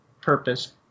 purpose